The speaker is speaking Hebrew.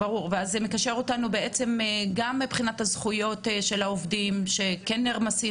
זה מקשר אותנו גם לזכויות העובדים שנרמסות.